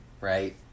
right